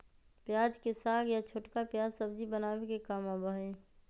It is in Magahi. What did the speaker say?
प्याज के साग या छोटका प्याज सब्जी बनावे के काम आवा हई